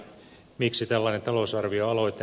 miksi tällainen talousarvioaloite